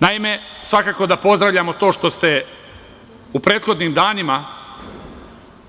Naime, svakako da pozdravljamo to što ste u prethodnim danima